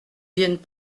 viennent